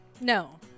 No